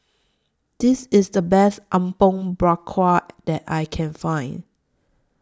This IS The Best Apom Berkuah that I Can Find